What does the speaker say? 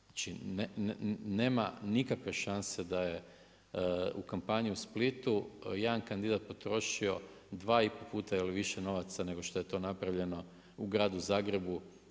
Znači, nema nikakve šanse da je u kampanji u Splitu jedan kandidat potrošio dva i pol puta ili više novaca nego što je to napravljeno u gradu Zagrebu.